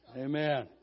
Amen